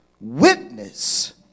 witness